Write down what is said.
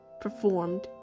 performed